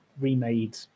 remade